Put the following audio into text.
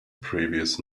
previous